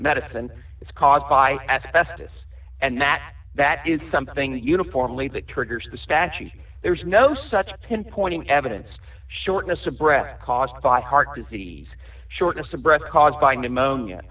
medicine it's caused by asbestos and the that is something that uniformly that triggers the statute there's no such pinpointing evidence shortness of breath caused by heart disease shortness of breath caused by pneumonia